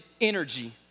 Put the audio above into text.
energy